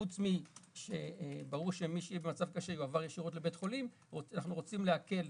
חוץ מאשר מי שיהיה במצב קשה ועבר ישירות לבית חולים אנחנו רוצים להקל.